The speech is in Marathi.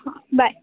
हां बाय